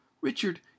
Richard